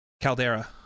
Caldera